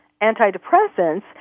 antidepressants